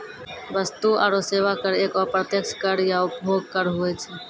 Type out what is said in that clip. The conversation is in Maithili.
वस्तु आरो सेवा कर एक अप्रत्यक्ष कर या उपभोग कर हुवै छै